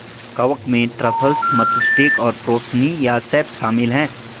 कवक में truffles, matsutake और पोर्सिनी या सेप्स शामिल हैं